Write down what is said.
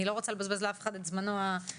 אני לא רוצה לבזבז לאף אחד את זמנו האישי.